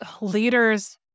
leaders